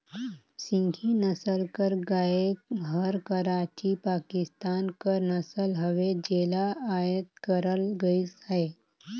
सिंघी नसल कर गाय हर कराची, पाकिस्तान कर नसल हवे जेला अयात करल गइस अहे